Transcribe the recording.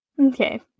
Okay